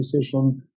decision